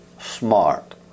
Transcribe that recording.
smart